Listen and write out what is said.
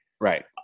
Right